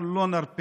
אנחנו לא נרפה.